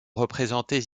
représentés